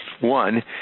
one